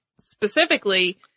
specifically